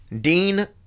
Dean